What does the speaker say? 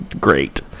great